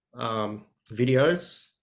videos